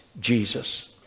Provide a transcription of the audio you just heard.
Jesus